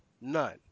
None